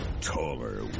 Taller